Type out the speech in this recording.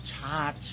charge